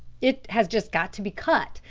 it has just got to be cut,